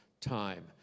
time